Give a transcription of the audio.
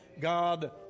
God